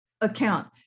Account